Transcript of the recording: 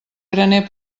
graner